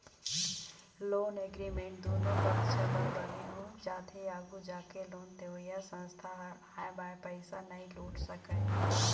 loan agreement दुनो पक्छ बर बने हो जाथे आघू जाके लोन देवइया संस्था ह आंय बांय पइसा नइ लूट सकय